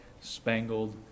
Spangled